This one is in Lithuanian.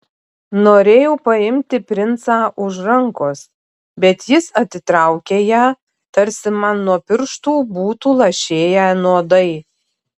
norėjau paimti princą už rankos bet jis atitraukė ją tarsi man nuo pirštų būtų lašėję nuodai